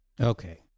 Okay